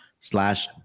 slash